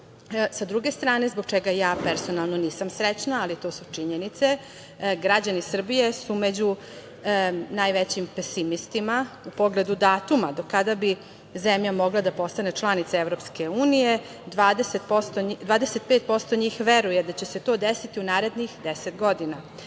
EU.Sa druge strane, zbog čega ja personalno nisam srećna ali to su činjenice, građani Srbije su među najvećim pesimistima u pogledu datuma do kada bi zemlja mogla da postane članica EU: 25% njih veruje da će se to desiti u narednih 10 godina,